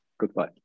Goodbye